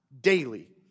daily